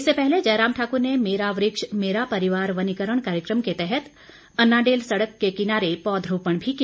इससे पहले जयराम ठाकुर ने मेरा वृक्ष मेरा परिवार वनीकरण कार्यक्रम के तहत अनाडेल सड़क के किनारे पौधरोपण भी किया